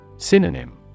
Synonym